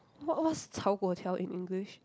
what what's 炒粿条 in English